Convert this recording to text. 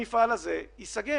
המפעל הזה ייסגר.